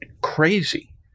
crazy